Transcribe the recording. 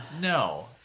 No